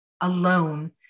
alone